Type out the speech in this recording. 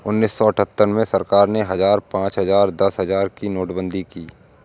उन्नीस सौ अठहत्तर में सरकार ने हजार, पांच हजार, दस हजार की नोटबंदी की